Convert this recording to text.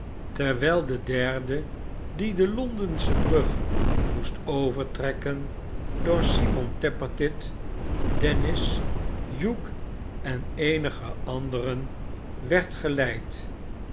terwijl de derde die de londenschebrug moest overtrekken door simon tappertit dennis hugh en eenige anderen werd geleid